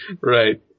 Right